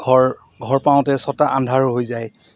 ঘৰ ঘৰ পাওঁতে ছটা আন্ধাৰ হৈ যায়